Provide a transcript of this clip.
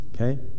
Okay